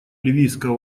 ливийского